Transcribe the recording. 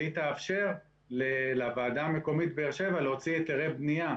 והיא תאפשר לוועדה המקומית באר שבע להוציא היתרי בנייה.